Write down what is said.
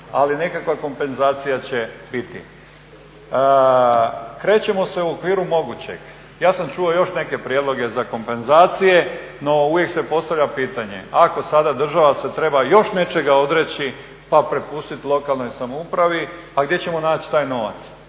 ali nekakva kompenzacija će biti. krećemo se u okviru mogućeg, ja sam čuo još neke prijedloge za kompenzacije, no uvijek se postavlja pitanje ako sada država se treba još nečega odreći pa prepustit lokalnoj samoupravi, pa gdje ćemo naći taj novac,